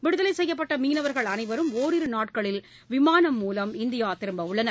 விடுதலை செய்யப்பட்ட மீனவர்கள் அனைவரும் ஓரிரு நாட்களில் விமானம் மூலம் இந்தியா திரும்பவுள்ளனர்